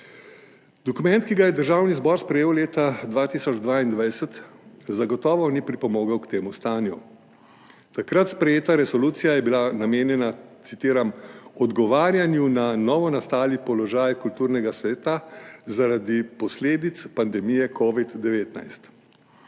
Dokument, ki ga je Državni zbor sprejel leta 2022, zagotovo ni pripomogel k temu stanju. Takrat sprejeta resolucija je bila namenjena, citiram, »odgovarjanju na novo nastali položaj kulturnega sveta, zaradi posledic pandemije covida-19«.